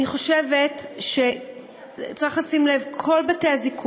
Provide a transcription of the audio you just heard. אני חושבת שצריך לשים לב: כל בתי-הזיקוק,